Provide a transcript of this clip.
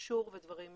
וגישור ודברים נוספים.